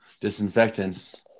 disinfectants